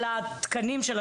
מעניינים אותי